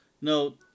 No